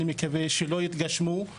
אני מקווה שלא יתגמשו.